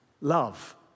love